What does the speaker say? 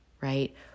right